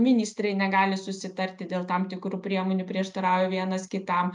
ministrai negali susitarti dėl tam tikrų priemonių prieštarauja vienas kitam